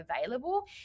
available